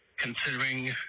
considering